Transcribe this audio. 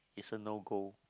it's a no go